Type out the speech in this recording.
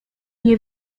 nie